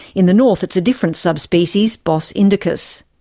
in the north it's a different sub-species, bos indicus.